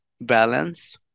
balance